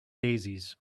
daisies